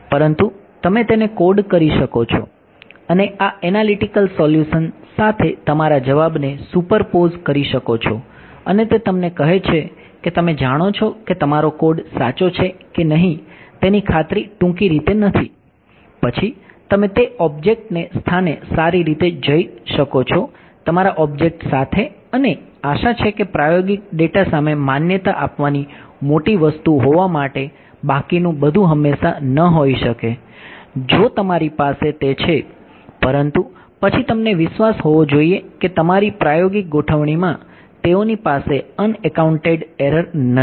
પરંતુ તમે તેને કોડ કરી શકો છો અને આ એનાલિટિકલ સોલ્યુસન સાથે તમારા જવાબને સુપરપોઝ નથી